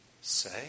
say